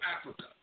Africa